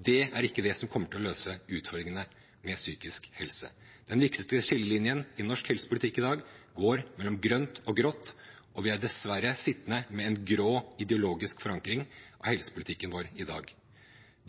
det er ikke det som kommer til å løse utfordringene med psykisk helse. Den viktigste skillelinjen i norsk helsepolitikk i dag går mellom grønt og grått, og vi er dessverre blitt sittende med en grå ideologisk forankring av helsepolitikken vår i dag.